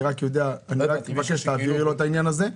אני רק מבקש שתעבירי לו את העניין הזה.